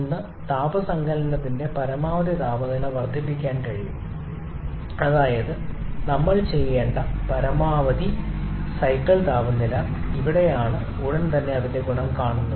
ഒന്ന് താപ സങ്കലനത്തിന്റെ പരമാവധി താപനില വർദ്ധിപ്പിക്കാൻ കഴിയും അതായത് നമ്മൾ ചെയ്യേണ്ട പരമാവധി സൈക്കിൾ താപനില ഇവിടെയാണ് ഉടൻ തന്നെ അതിന്റെ ഗുണം കാണുന്നത്